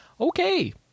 Okay